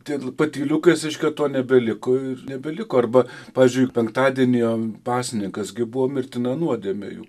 tai patyliukais reiškia to nebeliko ir nebeliko arba pavyzdžiui penktadienio pasninkas gi buvo mirtina nuodėmė jau